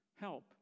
help